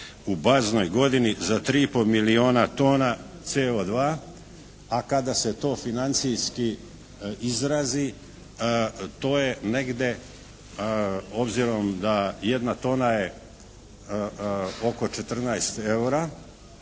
u baznoj godini za 3 i pol milijuna tona CO2, a kada se to financijski izrazi to je negdje obzirom da 1 tona je oko 14 eura,